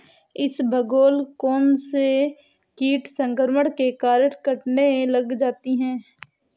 इसबगोल कौनसे कीट संक्रमण के कारण कटने लग जाती है?